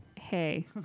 Hey